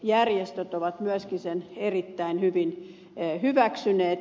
vammaisjärjestöt ovat myöskin sen erittäin hyvin hyväksyneet